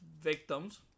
victims